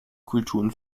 kulturen